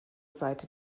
seite